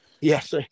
Yes